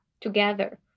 together